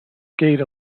skate